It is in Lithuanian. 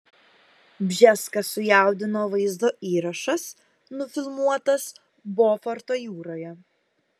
bžeską sujaudino vaizdo įrašas nufilmuotas boforto jūroje